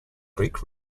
greek